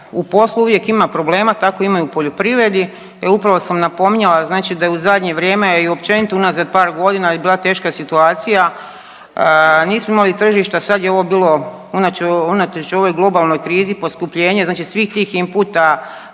u poslu uvijek ima problema, tako ima u poljoprivredi. Upravo sam napominjala znači da je u zadnje vrijeme i općenito unazad par godina i bila je teška situacija, nismo imali tržišta, sad je ovo bilo unatoč ovoj globalnoj krizi poskupljenje znači svih tih inputa,